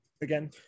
again